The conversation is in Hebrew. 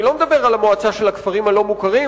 אני לא מדבר על המועצה של הכפרים הלא-מוכרים,